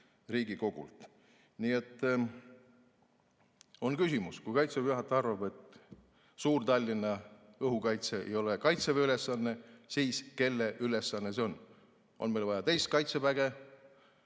Riigikogult. Nii et on küsimus: kui Kaitseväe juhataja arvab, et Suur-Tallinna õhukaitse ei ole Kaitseväe ülesanne, siis kelle ülesanne see on? On meil vaja teist kaitseväge?